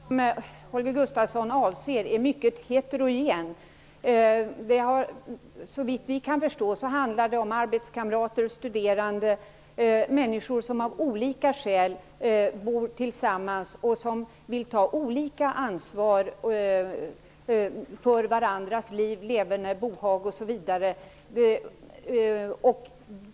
Fru talman! Den grupp som Holger Gustafsson avser är mycket heterogen. Såvitt vi kan förstå handlar det t.ex. om arbetskamrater, studerande och andra människor som av olika skäl bor tillsammans och som vill ta olika ansvar för varandras liv, leverne, bohag osv.